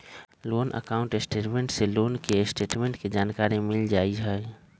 loan account statement से loan के status के जानकारी मिल जाइ हइ